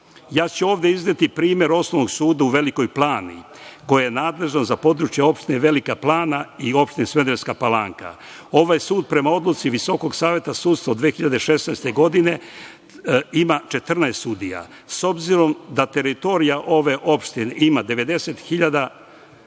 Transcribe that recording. ću ja izneti primer Osnovnog suda u Velikoj Plani koji je nadležan za područje opštine Velike Plana i opštine Smederevska Palanka. Ovaj sud prema odluci Visokog saveta sudstva od 2016. godine ima 14 sudija. S obzirom da teritorija ove opštine ima 90.656